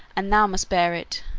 and thou must bear it.